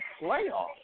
playoffs